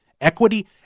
equity